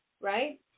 right